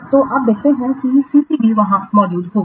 तो अब देखते हैं कि CCB वहां मौजूद होगा